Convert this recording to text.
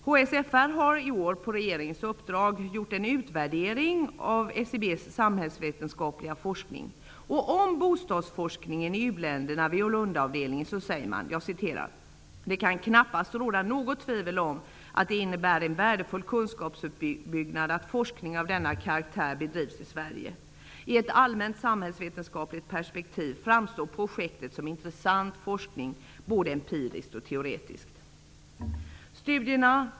HSFR har i år på regeringens uppdrag gjort en utvärdering av SIB:s samhällsvetenskapliga forskning. Om bostadsforskningen i u-länderna vid Lundaavdelningen sägs: ''-- det kan knappast råda något tvivel om att det innebär en värdefull kunskapsuppbyggnad att forskning av denna karaktär bedrivs i Sverige. I ett allmänt samhällsvetenskapligt perspektiv framstår projektet som intressant forskning, både empiriskt och teoretiskt.''